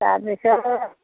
তাৰপিছত